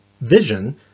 vision